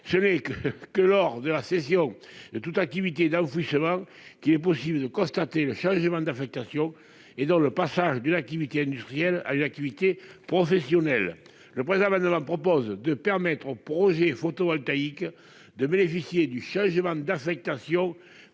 ce n'est que que lors de la session de toute activité là officiellement qu'il est possible de constater le changement d'affectation et dans le passage d'une activité industrielle à l'activité professionnelle, le président propose de permettre aux projets photovoltaïques de bénéficier du changement d'affectation